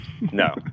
No